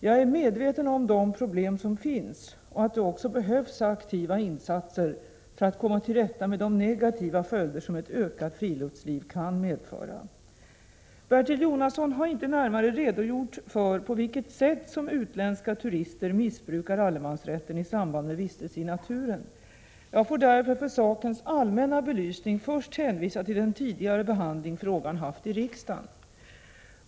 Jag är starkt medveten om de problem som finns. Det behövs aktiva insatser för att komma till rätta med de negativa följder som ett ökat friluftsliv kan medföra. Bertil Jonasson har inte närmare redogjort för på vilket sätt som utländska 3 turister missbrukar allemansrätten i samband med vistelse i naturen. Jag får därför för sakens allmänna belysning först hänvisa till den tidigare behandling frågan haft i riksdagen.